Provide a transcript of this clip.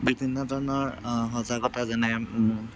বিভিন্ন ধৰণৰ সজাগতা যেনে